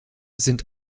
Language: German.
sind